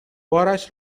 بارش